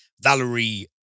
Valerie